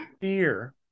Fear